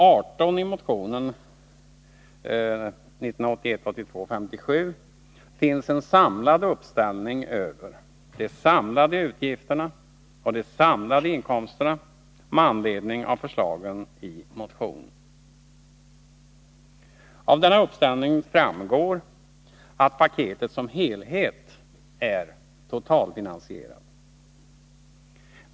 18imotionen 1981/82:57 finns en samlad uppställning över de samlade utgifterna och de samlade inkomsterna med anledning av förslagen i motionen. Av denna uppställning framgår att paketet som helhet är totalfinansierat.